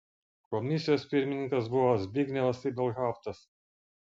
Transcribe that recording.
komisijos pirmininkas buvo zbignevas ibelhauptas